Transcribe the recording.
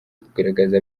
kugaragaza